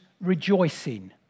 rejoicing